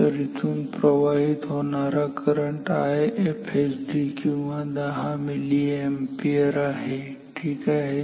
तर इथून प्रवाहित होणारा करंट IFSD किंवा 10 मिली अॅम्पियर आहे ठीक आहे